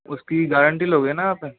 उसकी गारंटी लोगे ना सर